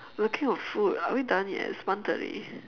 we're talking about food are we done yet it's one thirty